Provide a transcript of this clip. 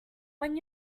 when